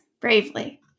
bravely